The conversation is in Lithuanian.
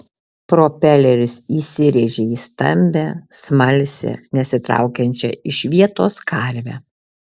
propeleris įsirėžė į stambią smalsią nesitraukiančią iš vietos karvę